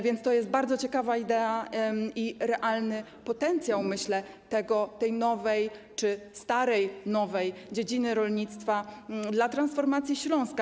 Więc to jest bardzo ciekawa idea i realny potencjał, myślę, tej nowej czy starej-nowej dziedziny rolnictwa dla transformacji Śląska.